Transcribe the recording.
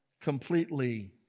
completely